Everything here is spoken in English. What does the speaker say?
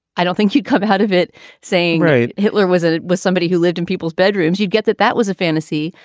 i don't think you'd come out of it saying hitler was it. it was somebody who lived in people's bedrooms. you'd get that. that was a fantasy.